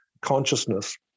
consciousness